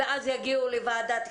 ואז יגיעו לוועדת כספים,